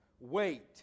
Wait